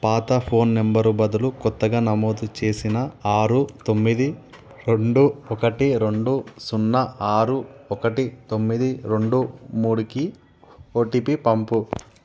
పాత phone number బదులు కొత్తగా నమోదు చేసిన ఆరు తొమ్మిది రెండు ఒకటి రెండు సున్నా ఆరు ఒకటి తొమ్మిది రెండు మూడుకి ఓటీపీ పంపు